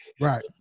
Right